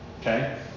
Okay